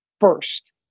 first